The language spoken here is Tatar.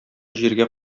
җиргә